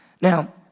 Now